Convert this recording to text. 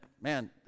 man